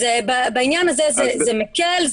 בעניין הזה זה מקל,